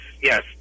yes